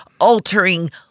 altering